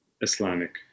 Islamic